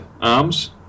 arms